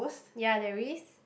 ya there is